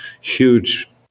huge